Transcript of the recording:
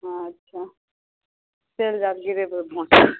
अच्छा चैलि जायब गिरेबै भोट